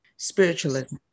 Spiritualism